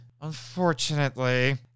unfortunately